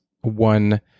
one